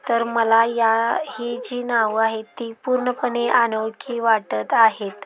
तर मला या ही जी नावं आहे ती पूर्णपणे अनोळखी वाटत आहेत